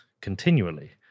continually